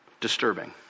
disturbing